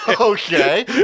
Okay